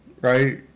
Right